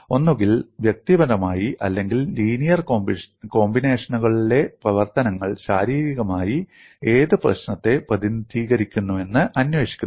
ഒന്നുകിൽ വ്യക്തിപരമായി അല്ലെങ്കിൽ ലീനിയർ കോമ്പിനേഷനുകളിലെ പ്രവർത്തനങ്ങൾ ശാരീരികമായി ഏത് പ്രശ്നത്തെ പ്രതിനിധീകരിക്കുന്നുവെന്ന് അന്വേഷിക്കുന്നു